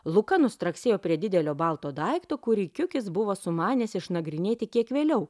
luka nustraksėjo prie didelio balto daikto kurį kiukis buvo sumanęs išnagrinėti kiek vėliau